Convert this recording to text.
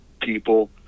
people